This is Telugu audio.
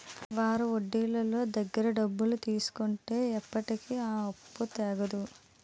వారాపొడ్డీలోళ్ళ దగ్గర డబ్బులు తీసుకుంటే ఎప్పటికీ ఆ అప్పు తెగదు